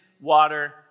water